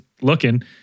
looking